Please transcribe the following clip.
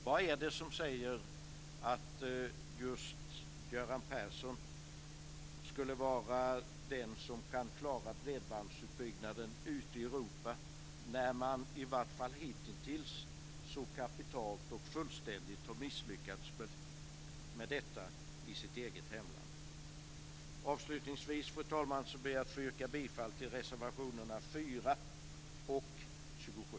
Vad är det som säger att just Göran Persson skulle vara den som kan klara bredbandsutbyggnaden ute i Europa när man i varje fall hitintills så kapitalt och fullständigt har misslyckats med detta i sitt eget hemland? Fru talman! Avslutningsvis yrkar jag bifall till reservationerna 4 och 27.